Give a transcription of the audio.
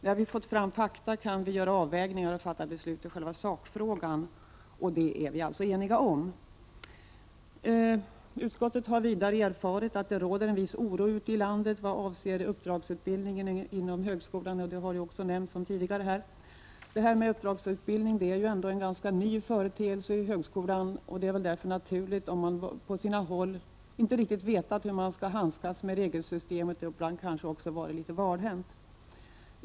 När vi fått fram fakta kan vi göra avvägningar och fatta beslut i själva sakfrågan. Detta är vi alltså eniga om. Utskottet har vidare erfarit att det råder en viss oro ute i landet vad avser uppdragsutbildningen inom högskolan. Detta med uppdragsutbildning är en ganska ny företeelse inom högskolan. Det är därför naturligt om man på sina håll kanske inte riktigt vetat hur man skall handskas med regelsystemet och ibland har man kanske också varit litet valhänt.